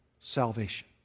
salvation